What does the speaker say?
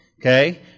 okay